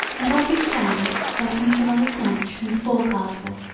and as we stand there comes another snatch from the forecastle